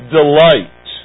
delight